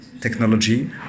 technology